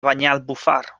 banyalbufar